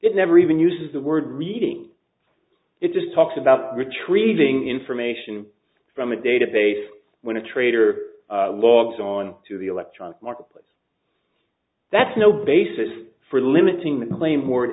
it never even uses the word reading it just talks about retrieving information from a database when a trader logs on to the electronic marketplace that's no basis for limiting the claim or